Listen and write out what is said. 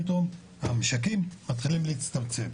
פתאום המשקים מתחילים להצטמצם,